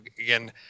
again